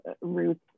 roots